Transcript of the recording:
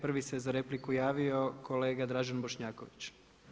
Prvi se za repliku javio kolega Dražen Bošnjaković.